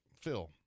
phil